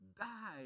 died